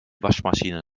waschmaschine